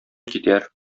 китәр